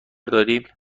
داریم